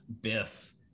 biff